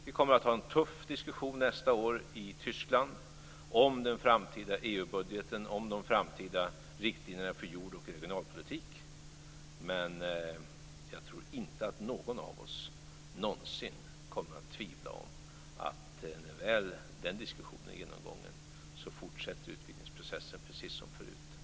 Vi kommer att ha en tuff diskussion nästa år i Tyskland om den framtida EU-budgeten och om de framtida riktlinjerna för jordbruks och regionalpolitiken. Men jag tror inte att någon av oss någonsin kommer att tvivla om att när väl den diskussionen är genomgången fortsätter utvidgningsprocessen precis som förut.